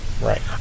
Right